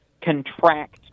contract